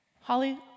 Holly